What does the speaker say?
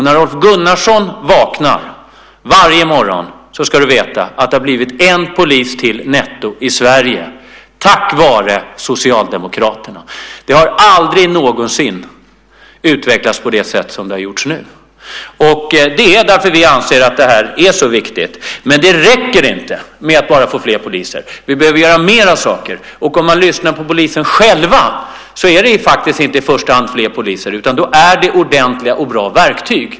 När Rolf Gunnarsson vaknar varje morgon ska han veta att det har blivit en polis till netto i Sverige tack vare Socialdemokraterna. Det har aldrig någonsin utvecklats på det sätt som det har skett nu. Det är därför att vi anser att det är så viktigt. Men det räcker inte med att bara få fler poliser. Vi behöver göra mer saker. Om man lyssnar på polisen själv är det inte i första hand fler poliser man vill ha utan ordentliga och bra verktyg.